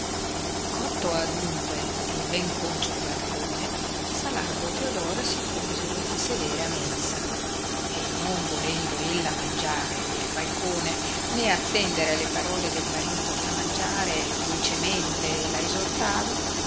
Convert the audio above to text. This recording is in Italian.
cotto adunque e ben concio il falcone salardo e teodora si puosero a sedere a mensa e non volendo ella mangiare del falcone né attendere alle parole del marito che a mangiare dolcemente la esortava